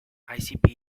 icbm